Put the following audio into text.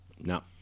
no